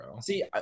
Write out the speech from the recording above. see